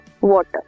water